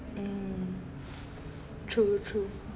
eh true true